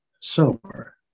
sober